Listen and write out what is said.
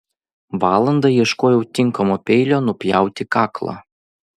valandą ieškojau tinkamo peilio nupjauti kaklą